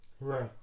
Right